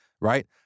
right